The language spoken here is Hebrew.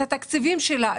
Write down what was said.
התקציבים שלה,